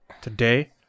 today